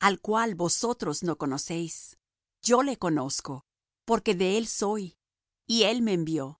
al cual vosotros no conocéis yo le conozco porque de él soy y él me envió